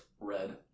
red